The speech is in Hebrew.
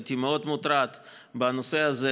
הייתי מאוד מוטרד בנושא הזה,